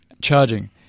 charging